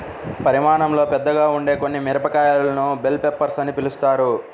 పరిమాణంలో పెద్దగా ఉండే కొన్ని మిరపకాయలను బెల్ పెప్పర్స్ అని పిలుస్తారు